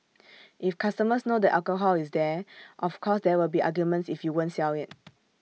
if customers know the alcohol is there of course there will be arguments if you won't sell IT